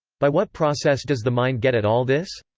by what process does the mind get at all this?